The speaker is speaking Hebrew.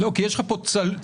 כי יש לך כאן צילום.